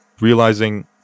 realizing